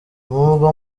nubwo